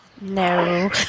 No